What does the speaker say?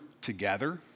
together